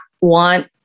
want